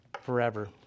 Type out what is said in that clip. forever